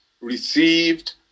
received